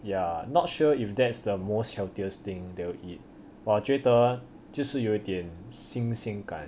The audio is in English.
ya not sure if that's the most healthiest thing they'll eat but 我觉得这是有一点新鲜感